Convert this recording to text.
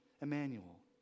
Emmanuel